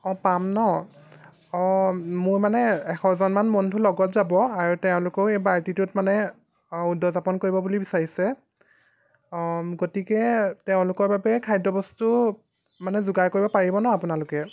অঁ পাম ন অঁ মোৰ মানে এশজনমান বন্ধু লগত যাব আৰু তেওঁলোকেও এই পাৰ্টিটোত মানে উদযাপন কৰিব বুলি বিচাৰিছে অঁ গতিকে তেওঁলোকৰ বাবে খাদ্যবস্তু মানে যোগাৰ কৰিব পাৰিব ন আপোনালোকে